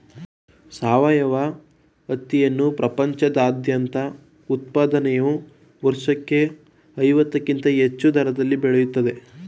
ಸಾವಯವ ಹತ್ತಿಯನ್ನು ಪ್ರಪಂಚದಾದ್ಯಂತ ಉತ್ಪಾದನೆಯು ವರ್ಷಕ್ಕೆ ಐವತ್ತಕ್ಕಿಂತ ಹೆಚ್ಚು ದರದಲ್ಲಿ ಬೆಳೆಯುತ್ತಿದೆ